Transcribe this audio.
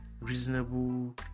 reasonable